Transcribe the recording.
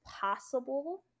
possible